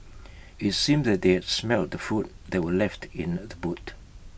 IT seemed that they had smelt the food that were left in the boot